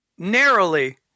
narrowly